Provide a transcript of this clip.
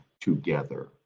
together